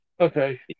Okay